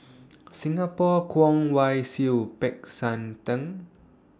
Singapore Kwong Wai Siew Peck San Theng